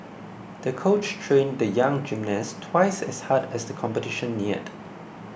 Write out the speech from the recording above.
the coach trained the young gymnast twice as hard as the competition neared